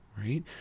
right